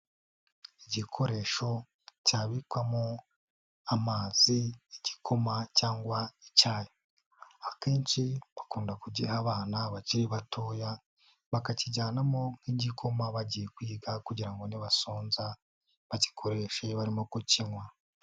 Igikoresho cyabikwamo amazi, igikoma cyangwa icyayi akenshi bakunda kugiha abana bakiri batoya bakakijyanamo nk'igikoma bagiye kwiga kugira ngo nibasonza, bagikoreshe barimo kukinywa.